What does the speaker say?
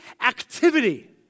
activity